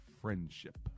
friendship